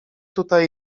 tutaj